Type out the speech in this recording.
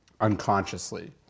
unconsciously